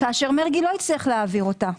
כאשר מרגי לא הצליח להעביר אותה.